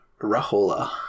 Rahola